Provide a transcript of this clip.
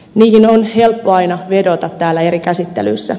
niihin on helppo aina vedota täällä eri käsittelyissä